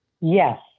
Yes